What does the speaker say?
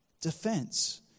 Defense